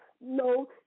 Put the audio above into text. No